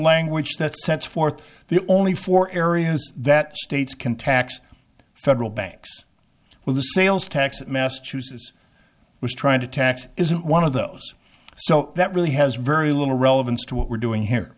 language that sets forth the only four areas that states can tax federal banks with the sales tax massachusetts was trying to tax isn't one of those so that really has very little relevance to what we're doing here